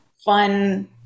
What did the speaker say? fun